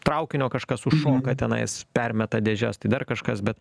traukinio kažkas sušunka tenais permeta dėžes tai dar kažkas bet